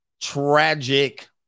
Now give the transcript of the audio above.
Tragic